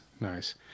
nice